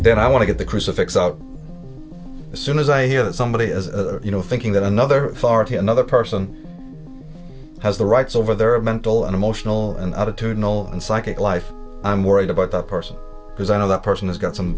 then i want to get the crucifix out as soon as i hear that somebody as you know thinking that another far to another person as the rights over there are mental and emotional and out of tune no and psychic life i'm worried about that person because i know that person has got some